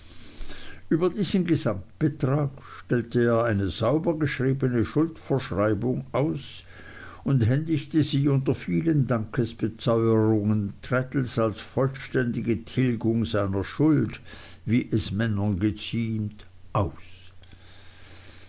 über diesen gesamtbetrag stellte er eine sauber geschriebene schuldverschreibung aus und händigte sie unter vielen dankesbeteuerungen traddles als vollständige tilgung seiner schuld wie es männern geziemte aus